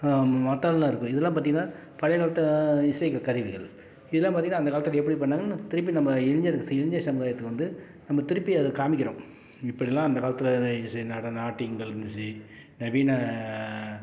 மத்தளம்லாம் இருக்கும் இதெலாம் பார்த்திங்கன்னா பழையகாலத்து இசை கருவிகள் இதெல்லாம் பார்த்திங்கன்னா அந்த காலத்தில் எப்படி பண்ணாங்கன்னா திருப்பி நம்ம இளைஞர் இளைஞர் சமுதாயத்தில் வந்து நம்ம திருப்பி அது காமிக்கிறோம் இப்படிலாம் அந்த காலத்தில் வெ இசை நடன நாட்டியங்கள் இருந்துச்சு நவீன